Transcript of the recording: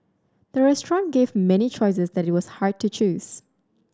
the restaurant gave many choices that it was hard to choose